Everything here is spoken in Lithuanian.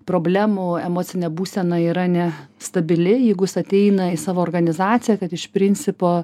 problemų emocinė būsena yra ne stabili jeigu jis ateina į savo organizaciją kad iš principo